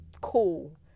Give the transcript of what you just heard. cool